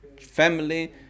family